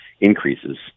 Increases